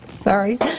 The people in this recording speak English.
Sorry